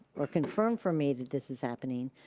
or confirm for me that this is happening,